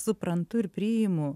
suprantu ir priimu